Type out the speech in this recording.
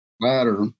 ladder